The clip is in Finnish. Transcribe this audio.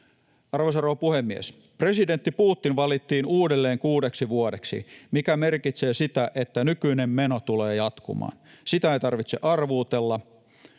Arvoisa rouva puhemies! Presidentti Putin valittiin uudelleen kuudeksi vuodeksi, mikä merkitsee sitä, että nykyinen meno tulee jatkumaan. Sitä ei tarvitse arvuutella,